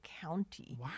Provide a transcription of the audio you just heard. county